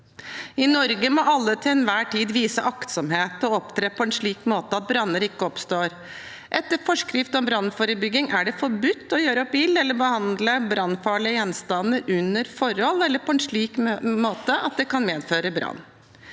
I Norge må alle til enhver tid vise aktsomhet og opptre på en slik måte at branner ikke oppstår. Etter forskrift om brannforebygging er det forbudt å gjøre opp ild eller behandle brannfarlige gjenstander under slike forhold eller på en slik måte at det kan føre til brann.